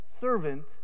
servant